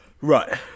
Right